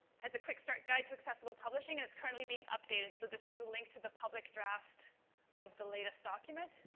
has a quick start guide to accessible publishing and it's currently being updated. so, this is the link to the public draft of the latest document.